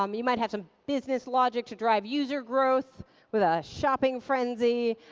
um you might have some business logic to drive user growth with a shopping frenzy.